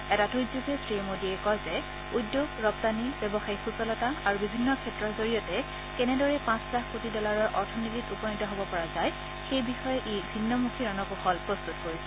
এটা টুইটযোগে শ্ৰীমোডীয়ে কয় যে উদ্যোগ ৰপ্তানি ব্যৱসায়িক সূচলতা আৰু বিভিন্ন ক্ষেত্ৰৰ জৰিয়তে কেনেদৰে পাঁচ লাখ কোটি ডলাৰৰ অৰ্থনীতিত উপনীত হব পৰা যায় সেই বিষয়ে ই ভিন্নমুখী ৰণকৌশল প্ৰস্তত কৰিছে